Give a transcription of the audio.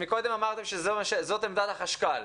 קודם אמרתם שזו עמדת החשכ"ל.